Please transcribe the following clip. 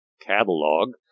catalog